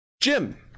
Jim